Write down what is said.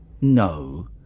No